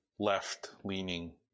Left-leaning